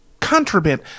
contraband